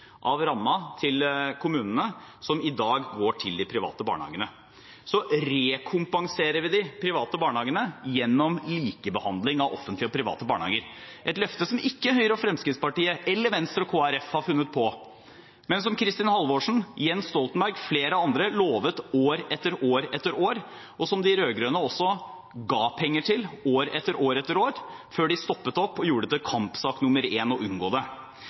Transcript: av rammen til kommunene, som i dag går til de private barnehagene. Så rekompenserer vi de private barnehagene gjennom likebehandling av offentlige og private barnehager, et løfte som ikke Høyre og Fremskrittspartiet eller Venstre og Kristelig Folkeparti har funnet på, men som er noe Kristin Halvorsen, Jens Stoltenberg og flere andre lovet år etter år etter år, og som de rød-grønne også ga penger til år etter år etter år før de stoppet opp og gjorde det til kampsak nummer én å unngå det.